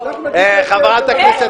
--- חברת הכנסת מועלם,